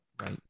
Right